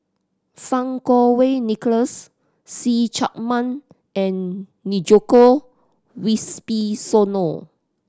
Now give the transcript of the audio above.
Fang Kuo Wei Nicholas See Chak Mun and Djoko Wibisono